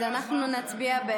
אז אנחנו נצביע על